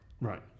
Right